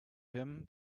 him